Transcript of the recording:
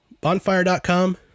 bonfire.com